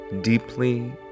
deeply